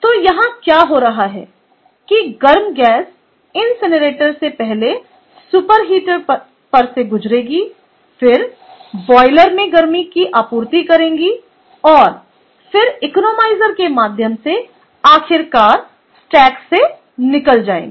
तो यहाँ क्या हो रहा है कि गर्म गैस इनसिनरेटर से पहले सुपर हीटर पर से गुजरेगी फिर बॉयलर में गर्मी की आपूर्ति करेंगी और फिर इकोनोमाइजर के माध्यम से आखिरकार स्टैक से निकल जाएंगी